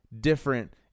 different